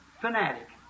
fanatic